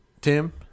Tim